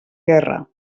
guerra